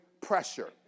pressure